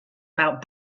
about